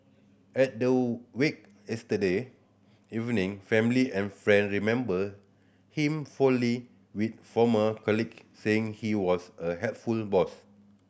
at the wake yesterday evening family and friends remembered him fondly with former colleagues saying he was a helpful boss